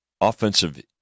Offensive